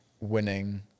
winning